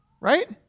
right